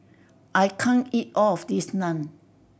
I can't eat all of this Naan